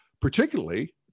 particularly